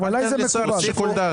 שיקול דעת.